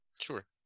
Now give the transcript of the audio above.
sure